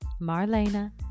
Marlena